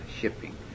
shipping